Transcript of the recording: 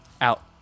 Out